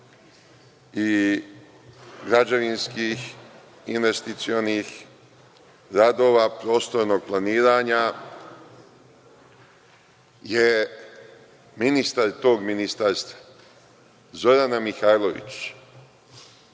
i građevinskih investicionih radova prostornog planiranja, je ministar tog ministarstva Zorana Mihajlović.